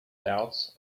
doubts